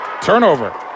turnover